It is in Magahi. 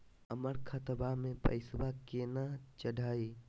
हमर खतवा मे पैसवा केना चढाई?